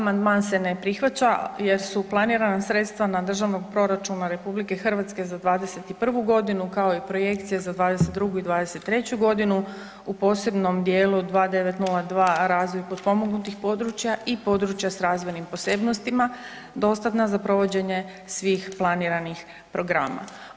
Amandman se ne prihvaća jer su planirana sredstva Državnog proračuna RH za 2021. godinu kao i projekcije za 2022. i 2023. godinu u posebnom dijelu 2902 razvoj potpomognutih područja i područja s razvojnim posebnostima dostatna za provođenje svih planiranih programa.